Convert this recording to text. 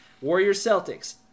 Warriors-Celtics